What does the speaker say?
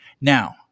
Now